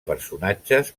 personatges